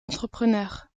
entrepreneur